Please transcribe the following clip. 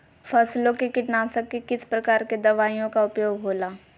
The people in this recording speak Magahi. फसलों के कीटनाशक के किस प्रकार के दवाइयों का उपयोग हो ला?